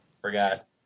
Forgot